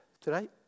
today